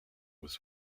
was